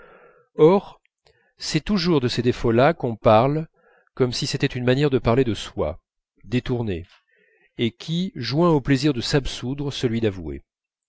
or c'est toujours de ces défauts là qu'on parle comme si c'était une manière de parler de soi détournée et qui joint au plaisir de s'absoudre celui d'avouer